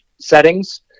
settings